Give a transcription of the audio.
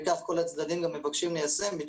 וכל הצדדים מבקשים ליישם אותה,